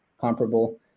comparable